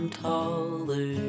taller